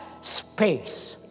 space